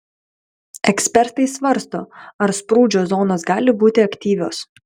ekspertai svarsto ar sprūdžio zonos gali būti aktyvios